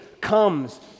comes